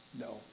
No